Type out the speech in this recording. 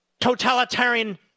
totalitarian